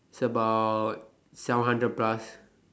it's about seven hundred plus